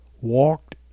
walked